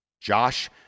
Josh